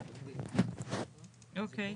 אוקיי.